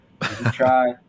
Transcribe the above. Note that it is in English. try